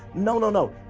no, no, no!